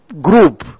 group